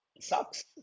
sucks